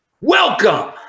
Welcome